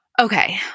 Okay